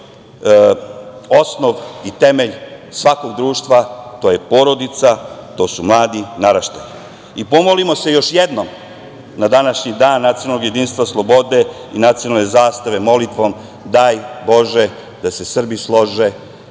osnov i temelj svakog društva - porodica, mladi naraštaji. Pomolimo se još jednom na današnji Dan nacionalnog jedinstva, slobode i nacionalne slobode molitvom „Daj bože da se Srbi slože,